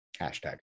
Hashtag